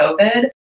COVID